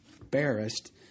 embarrassed